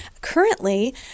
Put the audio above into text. currently